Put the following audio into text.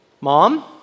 Mom